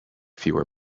fewer